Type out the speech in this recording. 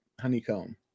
honeycomb